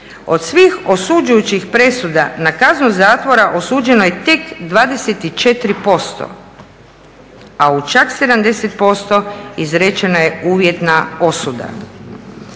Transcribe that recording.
Od svih osuđujućih presuda na kaznu zatvora osuđeno je tak 24%, a u čak 70% izrečena je uvjetna osuda.